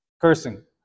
Cursing